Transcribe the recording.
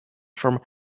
from